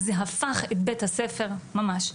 זה הפך את בית הספר ממש,